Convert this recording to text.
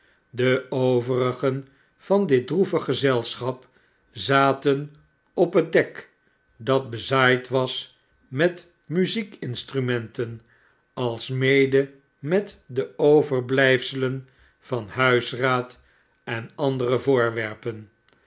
de overigen van dit droevig gezelschap zaten op het dek dat bezaaid was met muziekinstrumenten alsmede met de overblijfselen van huisraad en andere voorwerpen